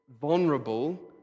vulnerable